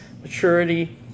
maturity